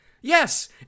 Yes